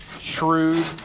shrewd